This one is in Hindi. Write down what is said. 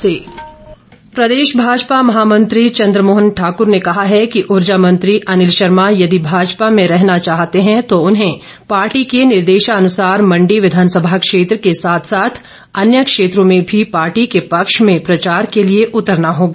भाजपा प्रदेश भाजपा महामंत्री चंद्र मोहन ठाकुर ने कहा है कि उर्जा मंत्री अनिल शर्मा यदि भाजपा में रहना चाहते हैं तो उन्हें पार्टी के निर्देशानुसार मंडी विधानसभा क्षेत्र के साथ साथ अन्य क्षेत्रों में भी पार्टी के पक्ष में प्रचार के लिए उतरना होगा